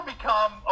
become